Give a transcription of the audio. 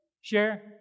share